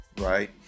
right